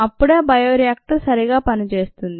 అప్పుడే bio reactor సరిగ్గా పనిచేస్తుంది